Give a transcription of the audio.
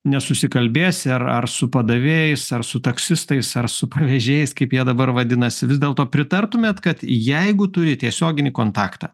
nesusikalbėsi ar ar su padavėjais ar su taksistais ar su pavežėjais kaip jie dabar vadinasi vis dėlto pritartumėt kad jeigu turi tiesioginį kontaktą